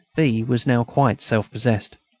b. was now quite self-possessed.